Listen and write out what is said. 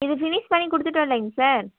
இது ஃபினிஷ் பண்ணிக் கொடுத்துட்டோம் இல்லைங்க சார்